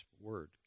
word